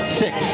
six